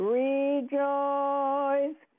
rejoice